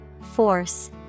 Force